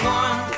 one